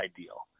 ideal